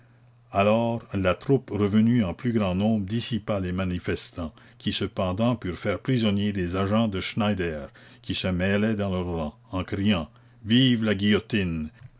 alors la troupe revenue en plus grand nombre dissipa les manifestants qui cependant purent faire prisonniers des agents de schneider qui se mêlaient dans leurs rangs en criant vive la guillotine